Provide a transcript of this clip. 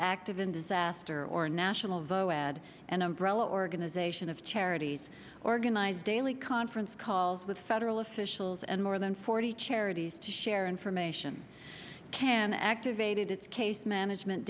active in disaster or national vote had an umbrella organization of charities organized daily conference calls with federal officials and more than forty charities to share information can activated its case management